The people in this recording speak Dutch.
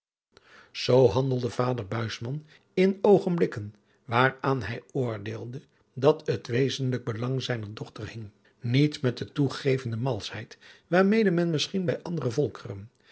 zoo handelde vader buisman in oogenblikken waaraan hij oordeelde dat het wezenlijk belang zijner dochter hing niet met de toegevende malschheid waarmede men misschien bij andere volkeren